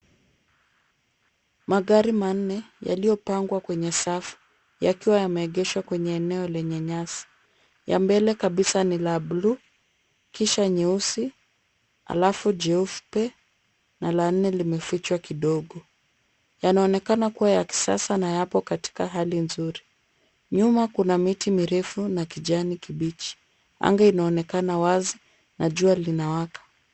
Magari manne yaliyopangwa kwenye safu yakiwa yameegeshwa kwenye eneo lenye nyasi. Ya mbele kabisa ni la blue , kisha nyeusi, halafu jeupe na la nne limefichwa kidogo. Yanaonekana kuwa ya kisasa na yapo katika hali nzuri. Nyuma kuna miti mirefu na kijani kibichi. Anga inaonekana wazi na jua linawaka.